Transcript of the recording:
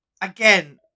Again